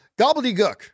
Gobbledygook